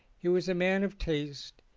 he was a man of taste,